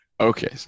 Okay